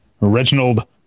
reginald